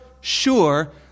sure